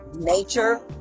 nature